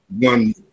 one